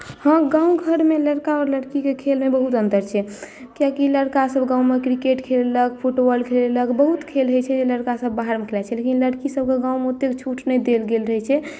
हँ गाँव घरमे लड़का आओर लड़कीके खेलमे बहुत अन्तर छै कियाकि लड़कासभ गांँवमे क्रिकेट खेलेलक फुटबॉल खेलेलक बहुत खेल होइत छै जे लड़कासभ बाहरमे खेलाइत छै लेकिन लड़कीसभकेँ गाँवमे ओतेक छूट नहि देल गेल रहैत छै